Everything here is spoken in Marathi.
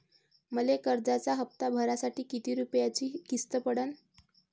मले कर्जाचा हप्ता भरासाठी किती रूपयाची किस्त पडन?